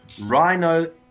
rhino